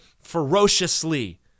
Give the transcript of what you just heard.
Ferociously